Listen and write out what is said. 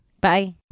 Bye